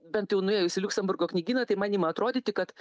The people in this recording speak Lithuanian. bent jau nuėjus į liuksemburgo knygyną tai man ima atrodyti kad